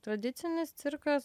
tradicinis cirkas